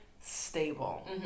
stable